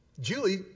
Julie